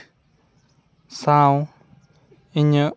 ᱥᱟᱶ ᱤᱧᱟᱹᱜ